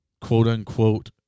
quote-unquote